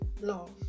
love